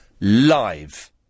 live